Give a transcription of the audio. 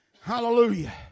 hallelujah